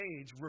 age